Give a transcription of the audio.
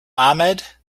ahmed